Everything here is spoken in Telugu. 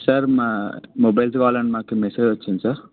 సార్ మా మొబైల్ ద్వారా మాకు మెసేజ్ వచ్చింది సార్